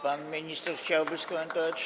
Pan minister chciałby skomentować?